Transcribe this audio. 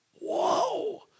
Whoa